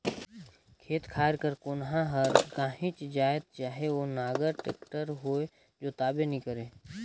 खेत खाएर कर कोनहा हर काहीच जाएत चहे ओ नांगर, टेक्टर होए जोताबे नी करे